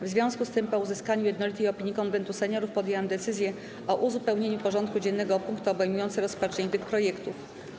W związku z tym, po uzyskaniu jednolitej opinii Konwentu Seniorów, podjęłam decyzję o uzupełnieniu porządku dziennego o punkty obejmujące rozpatrzenie tych projektów.